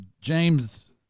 James